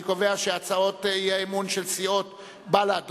אני קובע שהצעת האי-אמון של סיעות בל"ד,